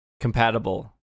compatible